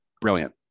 brilliant